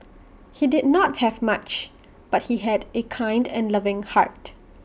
he did not have much but he had A kind and loving heart